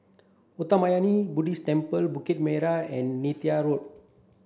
Uttamayanmuni Buddhist Temple Bukit Way and Neythal Road